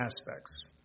aspects